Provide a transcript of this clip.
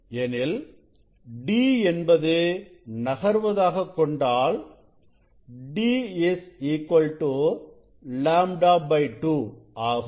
எனில் d என்பது நகர்வதாக கொண்டாள் d λ 2 ஆகும்